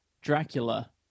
Dracula